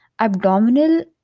Abdominal